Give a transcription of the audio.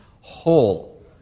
whole